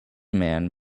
man